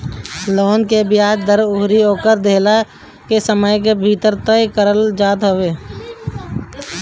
loan के बियाज दर अउरी ओकर देहला के समय के भी तय करल जात हवे